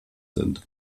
sind